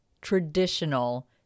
traditional